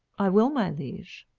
i will, my liege.